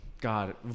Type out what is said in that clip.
God